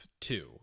two